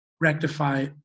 rectify